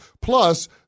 Plus